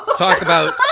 but talking about.